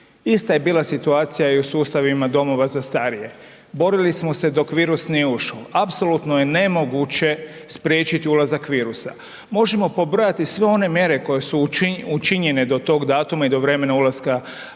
Ista je bila situacija i u sustavima domova za starije. Borili smo se dok virus nije ušao. Apsolutno je nemoguće spriječiti ulazak virusa. Možemo pobrojati sve one mjere koje su učinjene do tog datuma i do vremena ulaska virusa,